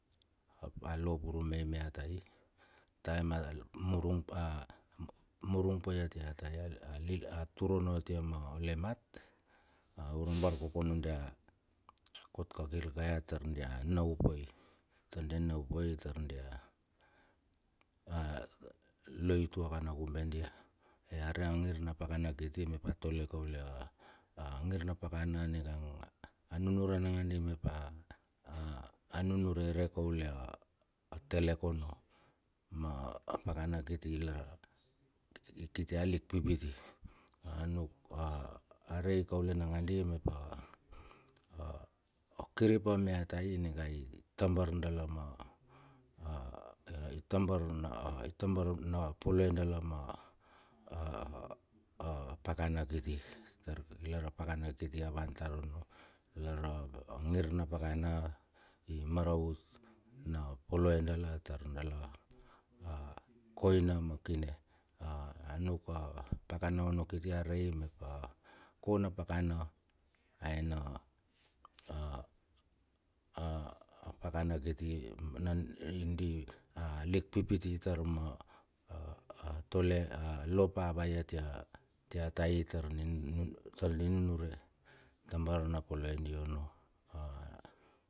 A lopurumei mia tai ataem a murung pa murung pai atia tai atur omo atia molemat ura barkokono dia kot kakil ka ya tar dia nau pai. Tardia nau pa i. tar dia a loi utuaka na kube dia ai are angir na pakana kiti mep tole kaule a ngir na pakana ningan a nunuran nagandi mep a nunure re kaule atelek a ono ma pakana kiti ilar kiti alik pipiti. Anuk a rei kaule nganadi mep a o kiripa mia tai ninga itabar dala ma a a itabar a itabar na poloe dala ma a a pakana kiti lar a pakana kiti a van tar onno ilar a ngir na pakana i maravut na poloe dala tar dala a koina ma kine a anuk a pakana onno kiti arei mep a kona pakana aena a a a pakana kiti na di a lik pipiti ma a tabar tole a lopa a vai atia tar di nunure tabar na poloe dala onno.